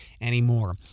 anymore